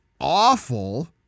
awful